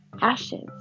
ashes